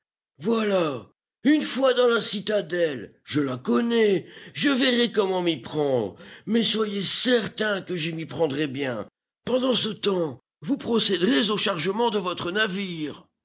voilà une fois dans la citadelle je la connais je verrai comment m'y prendre mais soyez certain que je m'y prendrai bien pendant ce temps vous procéderez au chargement de votre navire